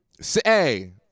Say